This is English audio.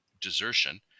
desertion